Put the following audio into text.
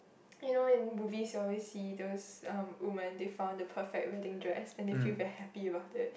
you know in movie we always see those um women they found the perfect wedding dress then they feel very happy about it